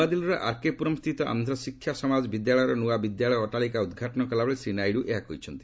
ନୂଆଦିଲ୍ଲୀର ଆରକେ ପୁରମ୍ସ୍ଥିତ ଆନ୍ଧ୍ର ଶିକ୍ଷା ସମାଜ ବିଦ୍ୟାଳୟର ନୃଆ ବିଦ୍ୟାଳୟର ଅଟ୍ଟାଳିକା ଉଦ୍ଘାଟନ କଲାବେଳେ ଶ୍ରୀ ନାଇଡୁ ଏହା କହିଛନ୍ତି